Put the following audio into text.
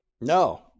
No